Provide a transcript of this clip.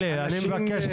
אני מבקש,